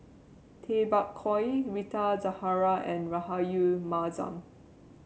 Tay Bak Koi Rita Zahara and Rahayu Mahzam